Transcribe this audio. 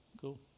Cool